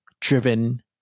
driven